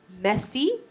messy